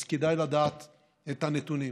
אז כדאי לדעת את הנתונים,